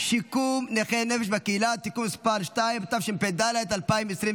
שיקום נכי נפש בקהילה (תיקון מס' 2), התשפ"ד 2024,